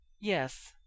Yes